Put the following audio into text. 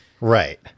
Right